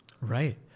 right